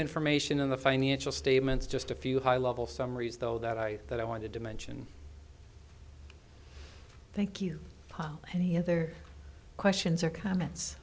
information in the financial statements just a few high level summaries though that i that i wanted to mention thank you any other questions or comments